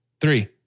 three